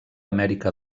amèrica